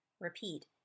Repeat